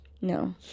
No